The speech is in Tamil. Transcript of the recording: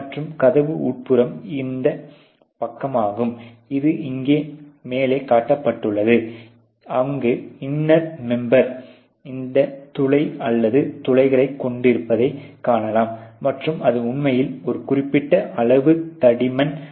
மற்றும் கதவு உட்புறம் இந்தப் பக்கமாகும் இது இங்கே மேலே காட்டப்பட்டுள்ளது அங்கு இன்னர் மெம்பெர் இந்த துளை அல்லது துளைகளைக் கொண்டிருப்பதைக் காணலாம் மற்றும் அது உண்மையில் ஒரு குறிப்பிட்ட அளவு தடிமன் ஆகும்